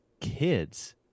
kids